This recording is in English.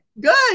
Good